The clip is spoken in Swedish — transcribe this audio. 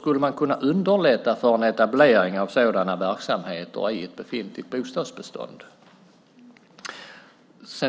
skulle kunna underlätta för en etablering av sådana verksamheter i ett befintligt bostadsbestånd.